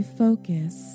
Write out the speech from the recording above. focus